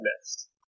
next